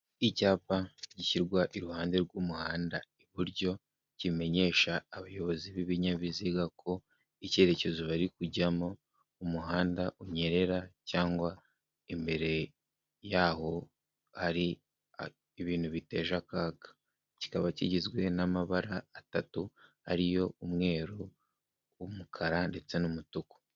Icyapa gishyirwa iruhande rw'umuhanda iburyo, kimenyesha abayobozi b'ibinyabiziga ko icyerekezo bari kujyamo umuhanda unyerera, cyangwa imbere yaho hari ibintu biteje akaga. Kikaba kigizwe n'amabara atatu ariyo umweru, umukara ndetse n'umutuku.